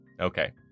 okay